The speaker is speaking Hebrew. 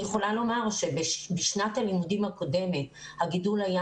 אני יכולה לומר שבשנת הלימודים הקודמת הגידול היה,